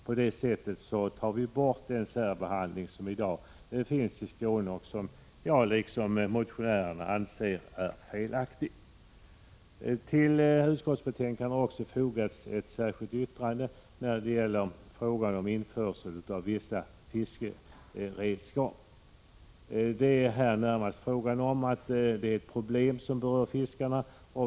På det sättet får vi bort den särbehandling som i dag finns i Skåne och som jag liksom motionärerna anser vara felaktig. Till utskottsbetänkandet har även fogats ett särskilt yttrande som gäller frågan om införsel av vissa fiskeredskap. Det är här närmast fråga om problem som berör fiskarena.